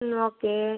ம் ஓகே